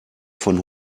von